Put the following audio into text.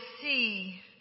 see